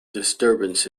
disturbance